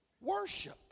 worship